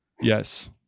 Yes